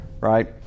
right